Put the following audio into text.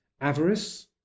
avarice